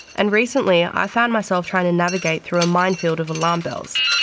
and recently i've found myself trying to navigate through a mine field of alarm bells.